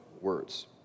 words